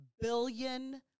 billion